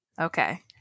Okay